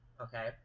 okay